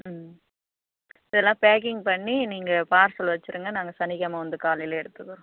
ம் இதெல்லாம் பேக்கிங் பண்ணி நீங்கள் பார்சல் வச்சிடுங்க நாங்கள் சனிக்கிழம வந்து காலையிலே எடுத்துக்கிறோம்